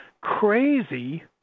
crazy